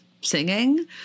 singing